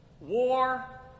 war